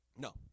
No